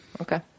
Okay